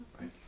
Right